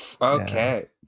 okay